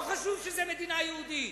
לא חשוב שזו מדינה יהודית.